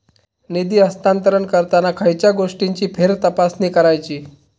निधी हस्तांतरण करताना खयच्या गोष्टींची फेरतपासणी करायची?